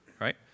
right